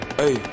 hey